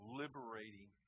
liberating